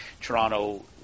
Toronto